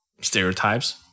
stereotypes